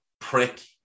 Prick